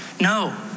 No